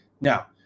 now